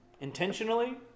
intentionally